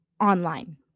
online